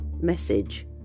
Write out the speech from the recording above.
message